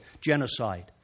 genocide